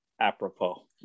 apropos